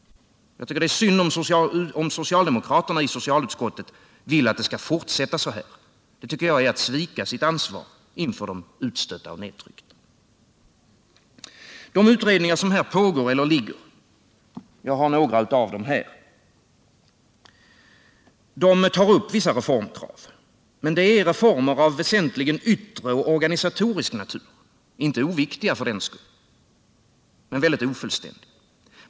Jag tycker att det är synd om socialdemokraterna i socialutskottet vill att det skall fortsätta så här. Det tycker jag är att svika sitt ansvar inför de utstötta och nedtryckta. De utredningar som här pågår eller ligger — jag har några av dem här — tar upp vissa reformkrav, men det är reformer av väsentligen yttre och organisatorisk natur, inte oviktiga för den skull men mycket ofullständiga.